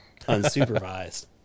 unsupervised